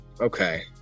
Okay